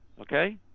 okay